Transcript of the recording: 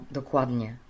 dokładnie